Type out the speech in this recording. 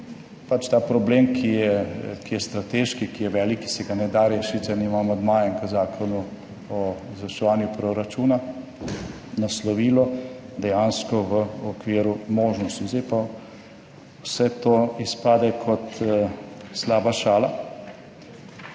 ta problem, ki je strateški, ki je velik, ki se ga ne da rešiti z enim amandmajem k Zakonu o izvrševanju proračuna, naslovilo dejansko v okviru možnosti. Zdaj pa vse to izpade kot slaba šala